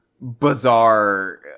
bizarre